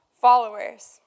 followers